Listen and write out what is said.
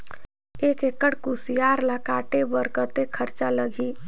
एक एकड़ कुसियार ल काटे बर कतेक खरचा लगही?